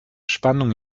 spannung